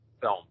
film